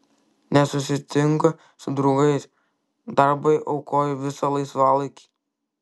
nesusitinku su draugais darbui aukoju visą laisvalaikį